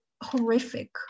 horrific